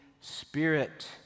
Spirit